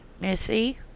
Missy